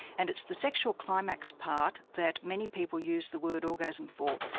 and it's the sexual climax part that many people use the word orgasm for.